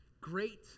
Great